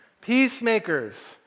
Peacemakers